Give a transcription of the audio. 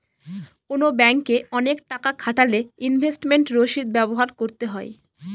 কোনো ব্যাঙ্কে অনেক টাকা খাটালে ইনভেস্টমেন্ট রসিদ ব্যবহার করতে হয়